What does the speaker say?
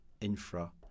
infra